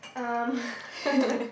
um